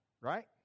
right